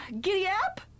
Giddy-up